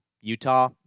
Utah